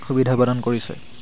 সুবিধা প্ৰদান কৰিছে